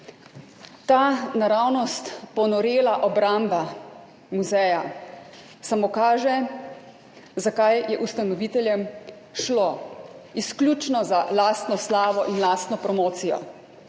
Ta naravnost ponorela obramba muzeja samo kaže, za kaj je šlo ustanoviteljem – izključno za lastno slavo in lastno promocijo.